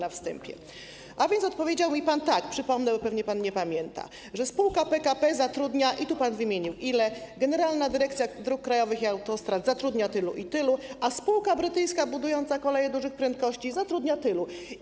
A więc odpowiedział mi pan tak, przypomnę, bo pewnie pan nie pamięta: spółka PKP zatrudnia - i tu pan wymienił ilu, Generalna Dyrekcja Dróg Krajowych i Autostrad zatrudnia tylu i tylu, a spółka brytyjska budująca koleje dużych prędkości zatrudnia tylu.